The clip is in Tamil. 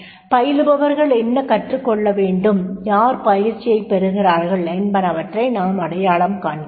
பயிலுபவர்கள் என்ன கற்றுக்கொள்ள வேண்டும் யார் பயிற்சியைப் பெறுகிறார்கள் என்பனவற்றை நாம் அடையாளம் காண்கிறோம்